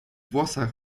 włosach